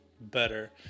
better